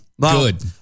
Good